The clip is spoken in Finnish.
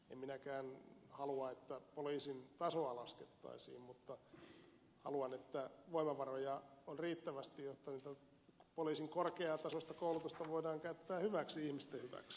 en minäkään halua että poliisin tasoa laskettaisiin mutta haluan että voimavaroja on riittävästi jotta poliisin korkeatasoista koulutusta voidaan käyttää ihmisten hyväksi